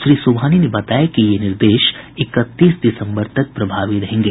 श्री सुबहानी ने बताया कि ये निर्देश इकतीस दिसंबर तक प्रभावी रहेंगे